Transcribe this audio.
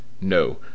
No